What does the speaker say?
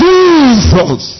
Jesus